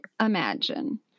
imagine